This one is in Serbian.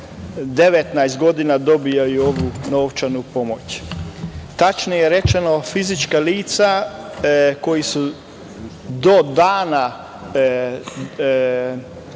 19 godina dobijaju ovu novčanu pomoć. Tačnije rečeno, fizička lica koja su do dana